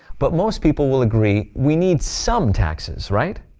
but most people will agree we need some taxes, right?